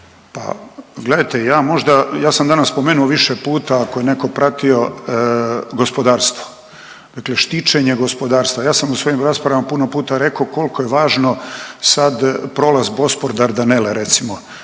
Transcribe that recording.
Pa gledajte ja možda, ja sam danas spomenuo više puta ako je neko pratio gospodarstvo. Dakle, štićenje gospodarstva. Ja sam u svojim raspravama puno puta rekao koliko je važno sad prolaz Bospor Dardanele recimo,